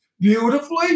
Beautifully